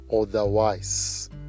Otherwise